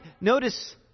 notice